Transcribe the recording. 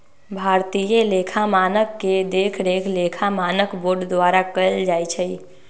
भारतीय लेखा मानक के देखरेख लेखा मानक बोर्ड द्वारा कएल जाइ छइ